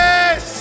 Yes